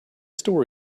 story